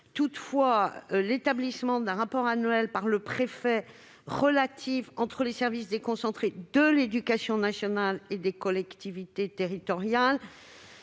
Toutefois, l'élaboration par le préfet d'un rapport annuel sur les relations entre les services déconcentrés de l'éducation nationale et des collectivités territoriales